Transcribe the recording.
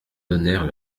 donnèrent